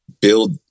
build